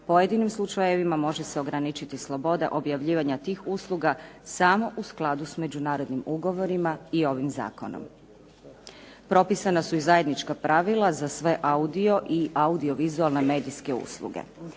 pojedinim slučajevima može se ograničiti sloboda objavljivanja tih usluga samo u skladu s međunarodnim ugovorima i ovim zakonom. Propisana su i zajednička pravila za sve audio i audiovizualne medijske usluge.